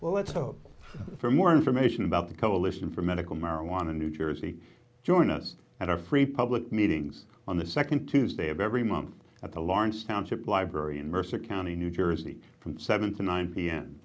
well let's hope for more information about the coalition for medical marijuana new jersey join us and our free public meetings on the second tuesday of every month at the lawrence township library in mercer county new jersey from seven to nine p